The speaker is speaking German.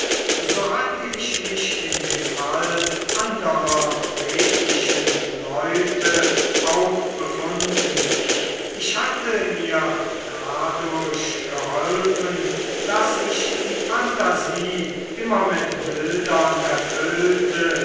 so hatte ich mich in dem fall anderer redlichen leute auch befunden ich hatte mir dadurch geholfen daß ich die phantasie immer mit bildern